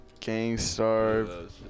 Gangstar